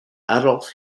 adolf